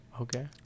Okay